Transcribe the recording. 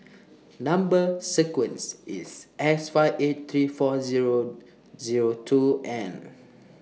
Number sequence IS S five eight three four Zero Zero two N